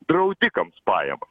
draudikams pajamas